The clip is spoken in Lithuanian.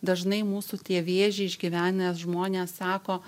dažnai mūsų tie vėžį išgyvenę žmonės sako